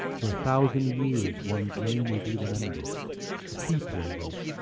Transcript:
for a thousand years ones name will be remembered a sepoy wrote.